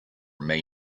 may